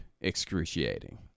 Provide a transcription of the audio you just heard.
excruciating